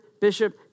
bishop